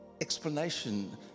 explanation